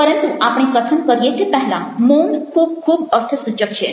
પરંતુ આપણે કથન કરીએ તે પહેલાં મૌન ખૂબ ખૂબ અર્થસૂચક છે